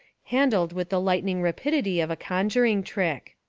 handled with the lightning rapidity of a conjuring trick.